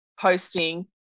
posting